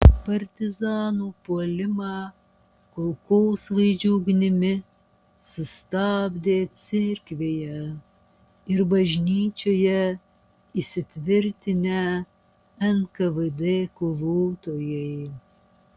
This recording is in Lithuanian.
partizanų puolimą kulkosvaidžių ugnimi sustabdė cerkvėje ir bažnyčioje įsitvirtinę nkvd kovotojai